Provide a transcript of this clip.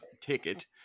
ticket